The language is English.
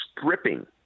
stripping